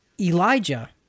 Elijah